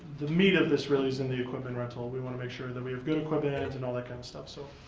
the meat of this really is in the equipment rental. we want to make sure that we have good equipment and all that kind of stuff. so